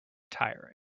tiring